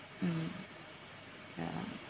mm ya